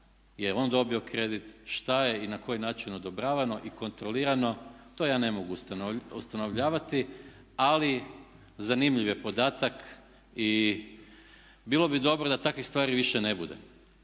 je on dobio kredit, šta je i na koji način odobravano i kontrolirano to ja ne mogu ustanovljavati. Ali zanimljiv je podatak i bilo bi dobro da takvih stvari više ne bude.